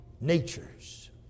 natures